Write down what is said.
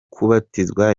kubatizwa